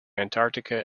antarctica